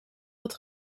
dat